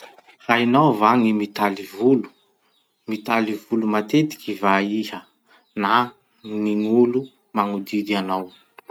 Hainao va gny mitaly volo? Mitaly volo matetiky va iha na gn'olo magnodidy anao?